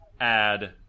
add